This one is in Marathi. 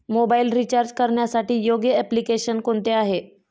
मोबाईल रिचार्ज करण्यासाठी योग्य एप्लिकेशन कोणते आहे?